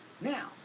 Now